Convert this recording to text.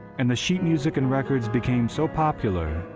and the sheet music and records became so popular,